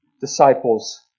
disciples